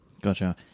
Gotcha